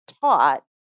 taught